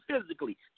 physically